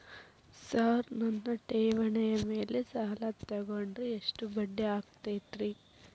Sir ನನ್ನ ಠೇವಣಿ ಮೇಲೆ ಸಾಲ ತಗೊಂಡ್ರೆ ಎಷ್ಟು ಬಡ್ಡಿ ಆಗತೈತ್ರಿ?